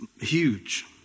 huge